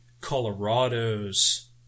Colorado's